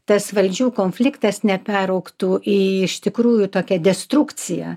tas valdžių konfliktas neperaugtų į iš tikrųjų tokią destrukciją